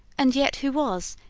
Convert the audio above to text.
and yet who was,